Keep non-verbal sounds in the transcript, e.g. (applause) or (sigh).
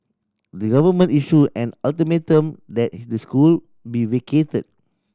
the government issued an ultimatum that (unintelligible) the school be vacated